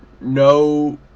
no